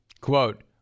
Quote